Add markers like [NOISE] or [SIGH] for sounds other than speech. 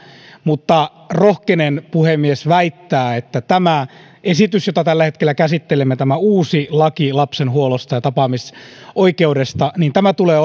mutta rohkenen puhemies väittää että tämä esitys jota tällä hetkellä käsittelemme tämä uusi laki lapsen huollosta ja tapaamisoikeudesta tulee [UNINTELLIGIBLE]